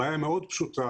הבעיה היא מאוד פשוטה.